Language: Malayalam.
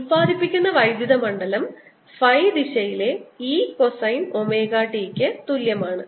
ഉൽപാദിപ്പിക്കുന്ന വൈദ്യുത മണ്ഡലം ഫൈ ദിശയിലെ E കോസൈൻ ഒമേഗ t യ്ക്ക് തുല്യമാണ്